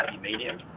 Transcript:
medium